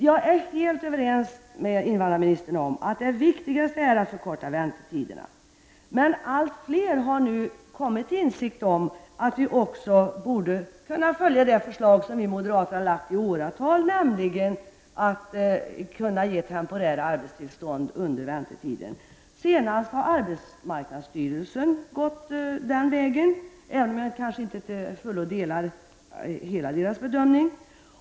Jag är helt överens om med invandrarministern om att det viktigaste är att förkorta väntetiderna. Allt fler har nu kommit till insikt om att man också borde kunna följa det förslag som vi moderater har lagt fram i åratal, nämligen att man skall kunna ge temporära arbetstillstånd under väntetiden. Senast har arbetsmarknadsstyrelsen valt den vägen, även om jag kanske inte till fullo delar styrelsens bedömning.